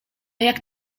jak